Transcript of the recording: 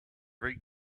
write